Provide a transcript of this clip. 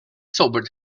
sobered